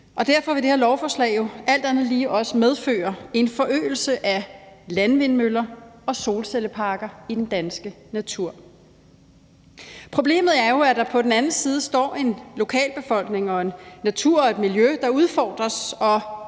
derfor vil det her lovforslag jo alt andet lige også medføre en forøgelse af antallet af landvindmøller og solcelleparker i den danske natur. Problemet er jo, at der på den anden side står en lokalbefolkning med en natur og et miljø, der udfordres,